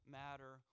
matter